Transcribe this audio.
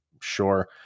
Sure